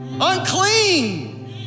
Unclean